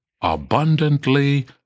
abundantly